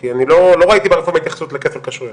כי אני לא ראיתי ברפורמה התייחסות לכפל כשרויות.